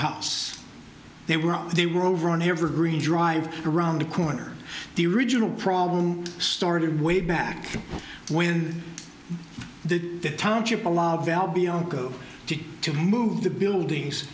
house they were up they were over an evergreen drive around the corner the original problem started way back when the township allowed val bianco to to move the buildings